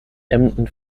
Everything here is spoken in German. emden